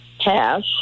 cash